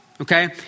okay